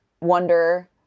wonder